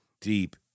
Deep